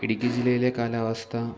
ഇടുക്കി ജില്ലയിലെ കാലാവസ്ഥ